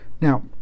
Now